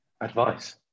advice